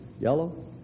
yellow